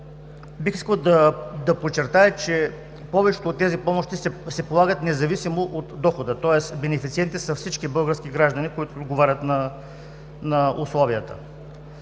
бих искал да подчертая, че повечето от тези помощи се полагат, независимо от дохода, тоест бенефициенти са всички български граждани, които отговарят на условията.